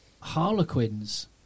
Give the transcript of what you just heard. Harlequins